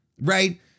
right